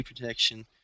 protection